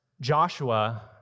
Joshua